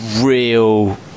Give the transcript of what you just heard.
real